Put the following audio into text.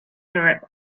europe